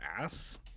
ass